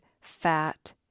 fat